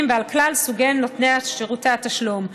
ועל כלל סוגי נותני שירותי התשלום.